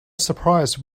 surprise